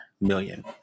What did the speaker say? million